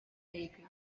vehicle